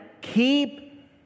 keep